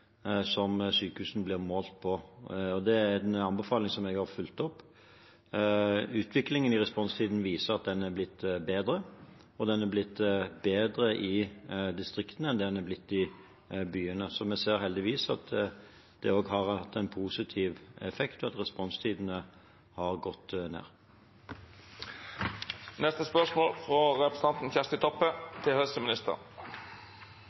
som sykehusene blir målt på. Det er en anbefaling som jeg har fulgt opp. Utviklingen i responstiden viser at den er blitt bedre, og den er blitt bedre i distriktene enn det den er blitt i byene. Så vi ser heldigvis at det også har hatt en positiv effekt, og at responstidene har gått ned.